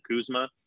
Kuzma